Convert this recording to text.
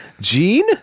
Gene